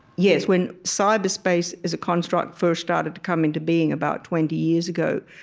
yes, when cyberspace as a construct first started to come into being about twenty years ago,